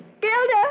Gilda